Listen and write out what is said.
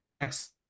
next